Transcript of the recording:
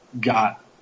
Got